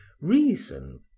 Reason